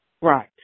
Right